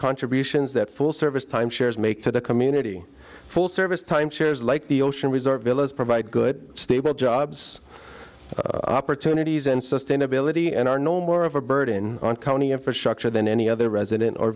contributions that full service time shares make to the community for service time shares like the ocean reserve villas provide good stable jobs opportunities and sustainability and are no more of a burden on county infrastructure than any other resident or